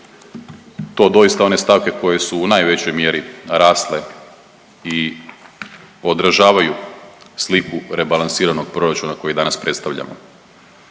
to doista one stavke koje su u najvećoj mjeri rasle i održavaju sliku rebalansiranog proračuna koji danas predstavljamo.